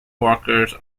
workers